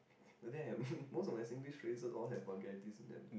damn most of my Singlish phrases all have vulgarities in them